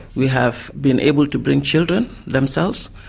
we have been able to bring children, themselves,